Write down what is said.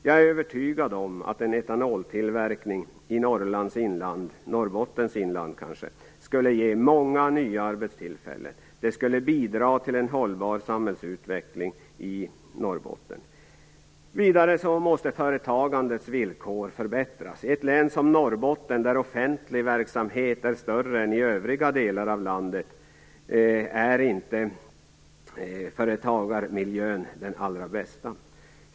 Jag är övertygad om att en etanoltillverkning i Norrbottens inland skulle ge många nya arbetstillfällen. Det skulle bidra till en hållbar samhällsutveckling i Norrbotten. Vidare måste företagandets villkor förbättras. I ett län som Norrbotten - där offentlig verksamhet är större än i övriga delar av landet - är inte företagarmiljön den allra bästa.